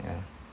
ya